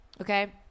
Okay